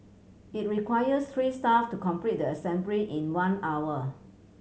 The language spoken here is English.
it requires three staff to complete the assembly in one hour